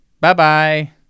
Bye-bye